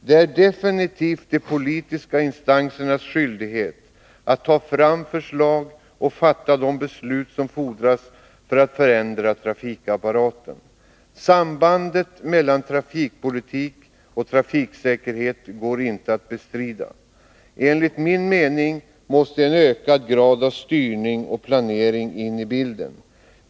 Det är definitivt de politiska instansernas skyldighet att ta fram förslag och fatta de beslut som fordras för att förändra trafikapparaten. Sambandet mellan trafikpolitik och trafiksäkerhet går inte att bestrida. Enligt min mening måste en ökad grad av styrning och planering in i bilden.